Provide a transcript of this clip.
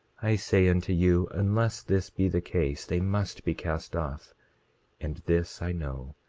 i say unto you, unless this be the case, they must be cast off and this i know,